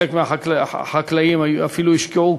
חלק מהחקלאים אפילו השקיעו